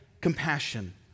compassion